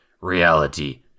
Reality